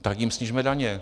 Tak jim snižme daně.